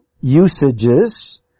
usages